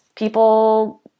People